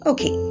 Okay